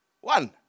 One